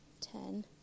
ten